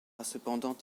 cependant